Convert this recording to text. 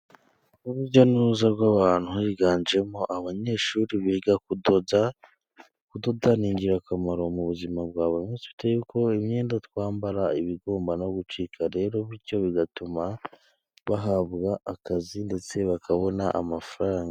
Urujya n'uruza rw'abantu higanjemo abanyeshuri biga kudoda. Kudoda ni ingirakamaro mu buzima bwa buri munsi, uretse ko imyenda twambara ibigomba no gucika, rero bityo bigatuma bahabwa akazi, ndetse bakabona amafaranga.